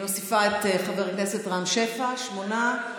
אוקיי, אני מוסיפה את חבר הכנסת רם שפע, שמונה,